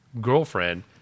girlfriend